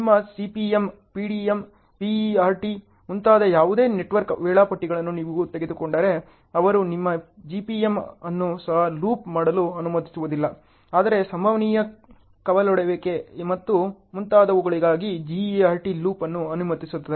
ನಿಮ್ಮ CPM PDM PERT ಮುಂತಾದ ಯಾವುದೇ ನೆಟ್ವರ್ಕ್ ವೇಳಾಪಟ್ಟಿಗಳನ್ನು ನೀವು ತೆಗೆದುಕೊಂಡರೆ ಅವರು ನಿಮ್ಮ GPMGPM ಅನ್ನು ಸಹ ಲೂಪ್ ಮಾಡಲು ಅನುಮತಿಸುವುದಿಲ್ಲ ಆದರೆ ಸಂಭವನೀಯ ಕವಲೊಡೆಯುವಿಕೆ ಮತ್ತು ಮುಂತಾದವುಗಳಿಂದಾಗಿ GERT ಲೂಪ್ ಅನ್ನು ಅನುಮತಿಸುತ್ತದೆ